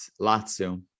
Lazio